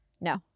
No